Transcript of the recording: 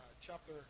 chapter